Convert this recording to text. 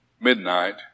midnight